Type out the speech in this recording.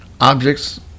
Objects